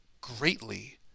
greatly